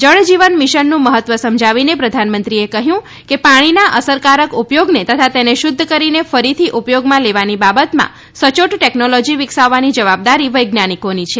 જળજીવન મિશનનું મહત્વ સમજાવીને પ્રધાનમંત્રીએ કહ્યું કે પાણીના અસરકારક ઉપયોગને તથા તેને શુદ્ધ કરીને ફરીથી ઉપયોગમાં લેવાની બાબતમાં સચોટ ટેકનોલોજી વિકસાવવાની જવાબદારી વૈજ્ઞાનિકોની છે